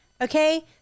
Okay